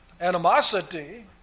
animosity